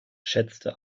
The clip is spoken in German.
schätzte